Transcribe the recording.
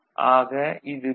ஆக இது பி